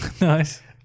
Nice